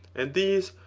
and these,